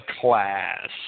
class